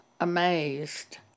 amazed